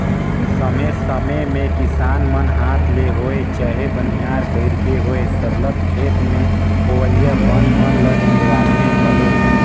समे समे में किसान मन हांथ ले होए चहे बनिहार कइर के होए सरलग खेत में होवइया बन मन ल निंदवाथें घलो